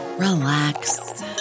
Relax